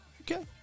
Okay